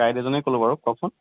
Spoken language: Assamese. গাইড এজনে কলোঁ বাৰু কওঁকচোন